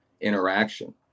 interaction